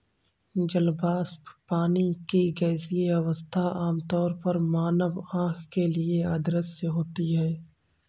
जल वाष्प, पानी की गैसीय अवस्था, आमतौर पर मानव आँख के लिए अदृश्य होती है